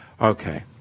Okay